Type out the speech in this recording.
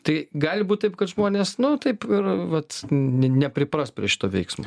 tai gali būti taip kad žmonės nu taip ir vat nepripras prie šito veiksmo